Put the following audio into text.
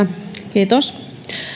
kiitos